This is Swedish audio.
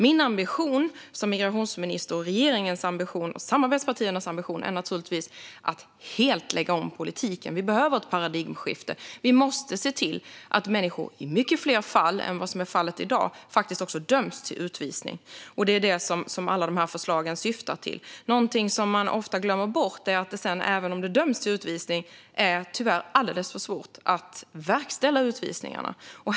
Min ambition som migrationsminister och regeringens och samarbetspartiernas ambition är att helt lägga om politiken. Vi behöver ett paradigmskifte. Vi måste se till att människor i mycket fler fall än i dag döms till utvisning. Det är det som alla de här förslagen syftar till. Något som man ofta glömmer bort är att det även om det döms till utvisning tyvärr är alldeles för svårt att verkställa utvisningarna.